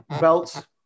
belts